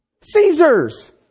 Caesar's